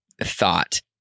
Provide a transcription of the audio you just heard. thought